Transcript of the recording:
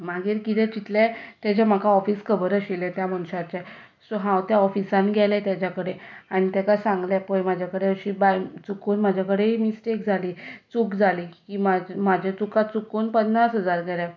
मागीर किदें चिंतलें तेजें म्हाका ऑफीस खबर आशिल्लें त्या मनशाचें सो हांव त्या ऑफिसान गेलें ताज्या कडेन आनी ताका सांगलें पळय म्हज्या कडेन अशी भान चुकून म्हज्या कडेन ही मिस्टेक जाली चूक जाली की म्हाज म्हजे तुका चुकून पन्नास हजार गेले